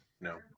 no